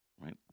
right